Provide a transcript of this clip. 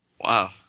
Wow